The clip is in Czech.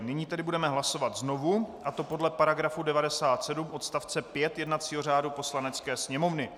Nyní tedy budeme hlasovat znovu, a to podle § 97 odst. 5 jednacího řádu Poslanecké sněmovny.